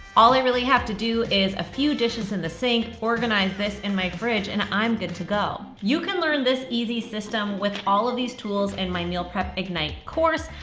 all i really have to do is a few dishes in the sink, organize this in my fridge, and i'm good to go. you can learn this easy system with all of these tools in my meal prep ignite course.